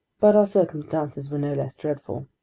but our circumstances were no less dreadful.